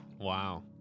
wow